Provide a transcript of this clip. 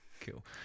Cool